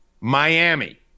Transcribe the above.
Miami